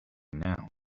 now